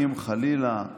אם חלילה,